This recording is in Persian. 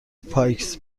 پایکس